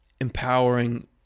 empowering